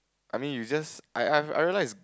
I mean you just I I've realise